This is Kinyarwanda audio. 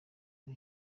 ari